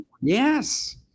Yes